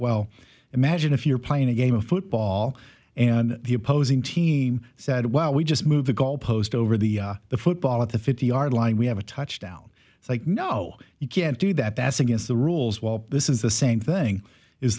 well imagine if you're playing a game of football and the opposing team said well we just move the goal post over the the football at the fifty yard line we have a touchdown it's like no you can't do that that's against the rules well this is the same thing is